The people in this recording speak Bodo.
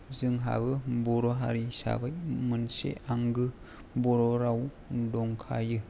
जोंहाबो बर' हारि हिसाबै मोनसे आंगो बर' राव दंखायो